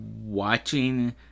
Watching